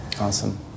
Awesome